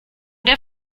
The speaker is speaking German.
der